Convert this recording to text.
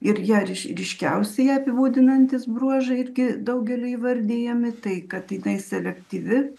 ir ją ryš ryškiausiai ją apibūdinantys bruožai irgi daugelio įvardijami tai kad jinai selektyvi